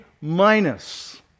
minus